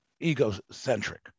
egocentric